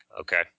Okay